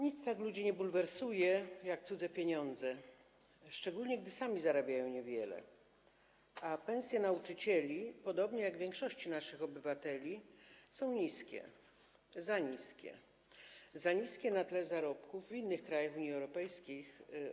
Nic tak ludzi nie bulwersuje jak cudze pieniądze, szczególnie gdy sami zarabiają niewiele, a pensje nauczycieli, podobnie jak większości naszych obywateli, są niskie, za niskie, za niskie na tle zarobków w innych krajach Unii Europejskiej.